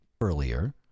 earlier